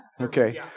okay